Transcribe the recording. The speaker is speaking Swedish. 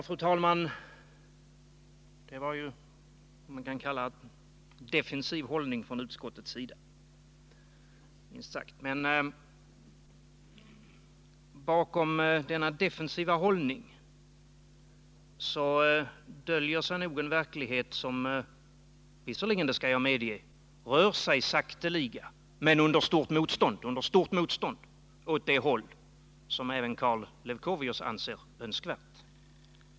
Fru talman! Det var ju en minst sagt defensiv hållning från utskottet. Men bakom denna defensiva hållning döljer sig nog den verkligheten att utvecklingen inom den psykiatriska vården sakteliga men under stort motstånd rör sig åt det håll som även Karl Leuchovius anser önskvärt.